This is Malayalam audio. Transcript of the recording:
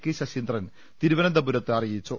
കെ ശശീന്ദ്രൻ തിരുവനന്തപുരത്ത് അറിയിച്ചു